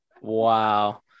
Wow